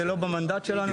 זה לא במנדט שלנו,